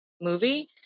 movie